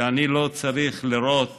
שאני לא צריך לראות